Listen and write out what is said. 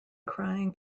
crying